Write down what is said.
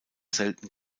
selten